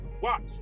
Watch